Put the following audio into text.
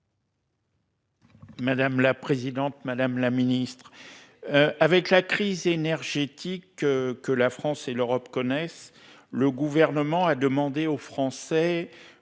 Madame la présidente, madame la Ministre. Avec la crise énergétique. Que la France et l'Europe connaissent le gouvernement a demandé aux Français.